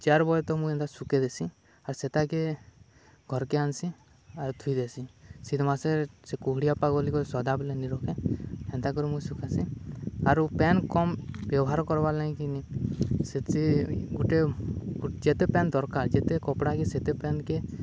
ଚାର୍ ବଜା ତକ୍ ମୁଇଁ ଏନ୍ତା ଶୁଖେଇ ଦେସିଁ ଆର୍ ସେତାକେ ଘର୍କେ ଆନ୍ସିଁ ଆର୍ ଥୋଇ ଦେସିଁ ଶୀତ୍ମାସେ ସେ କୁହୁଡ଼ିଆପାଗ୍ ବୋଲିିକରି ସଦାବେଲେ ନିରଖେ ହେନ୍ତା କରି ମୁଇଁ ଶୁଖାସିଁ ଆରୁ ପେନ୍ କମ୍ ବ୍ୟବହାର୍ କର୍ବାର୍ ଲାଗି କିିନି ସେ ସେ ଗୁଟେ ଯେତେ ପେନ୍ ଦର୍କାର୍ ଯେତେ କପ୍ଡ଼ାକେ ସେତେ ପାଏନ୍କେ